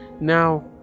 Now